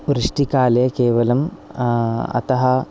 वृष्टिकाले केवलं अतः